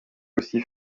aussi